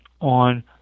on